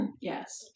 Yes